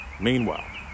Meanwhile